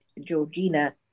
Georgina